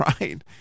right